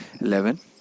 11